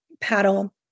paddle